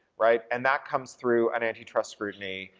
right, and that comes through an antitrust scrutiny.